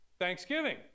Thanksgiving